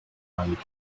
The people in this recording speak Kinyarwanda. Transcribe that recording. ariko